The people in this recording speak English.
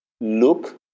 look